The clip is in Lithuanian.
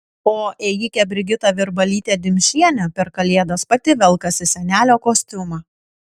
o ėjikė brigita virbalytė dimšienė per kalėdas pati velkasi senelio kostiumą